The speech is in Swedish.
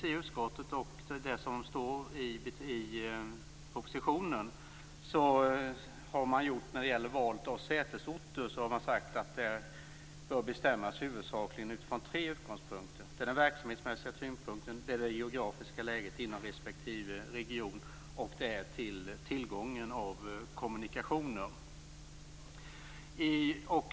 I utskottet och i propositionen har man beträffande val av sätesorter sagt att det huvudsakligen bör bestämmas utifrån tre utgångspunkter, nämligen den verksamhetsmässiga tyngdpunkten, det geografiska läget inom respektive region och tillgången till kommunikationer.